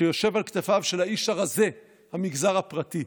שיושב על כתפיו של האיש הרזה, המגזר הפרטי.